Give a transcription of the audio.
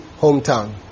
hometown